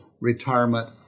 retirement